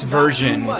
version